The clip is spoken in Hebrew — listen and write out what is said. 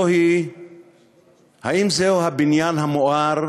האם זהו הבניין המואר,